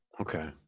Okay